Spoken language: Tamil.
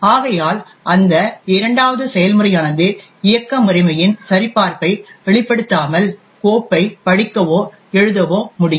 ஆகையால் அந்த இரண்டாவது செயல்முறையானது இயக்க முறைமையின் சரிபார்ப்பை வெளிப்படுத்தாமல் கோப்பைப் படிக்கவோ எழுதவோ முடியும்